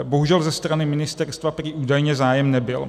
Bohužel ze strany ministerstva prý údajně zájem nebyl.